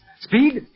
Speed